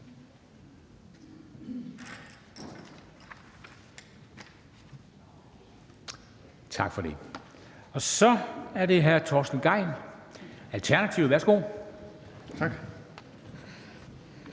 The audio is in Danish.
Tak for det. Så er det hr. Torsten Gejl, Alternativet. Værsgo. Kl.